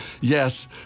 Yes